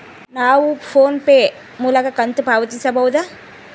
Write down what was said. ನಾವು PhonePe ಮೂಲಕ ಕಂತು ಪಾವತಿಸಬಹುದಾ?